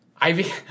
Ivy